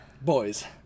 Boys